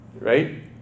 right